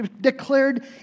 declared